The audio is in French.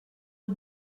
aux